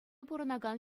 пурӑнакан